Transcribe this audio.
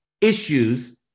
issues